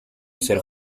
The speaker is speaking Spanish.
ser